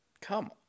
come